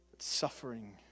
Suffering